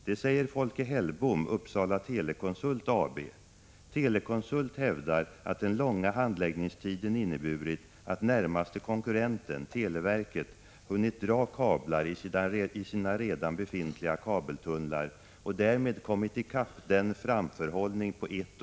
Det säger Folke Hellbom, Uppsala Telekonsult AB - Telekonsult hävdar att den långa handläggningstiden inneburit att närmaste konkurrenten televerket hunnit dra kablar i sina redan befintliga " kabeltunnlar och därmed kommit i kapp den framförhållning på ett år som = Prot.